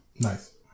Nice